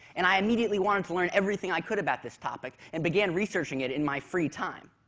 and i immediately wanted to learn everything i could about this topic and began researching it in my free time.